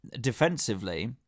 defensively